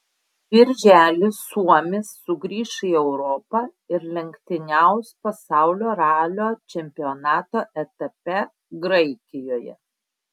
birželį suomis sugrįš į europą ir lenktyniaus pasaulio ralio čempionato etape graikijoje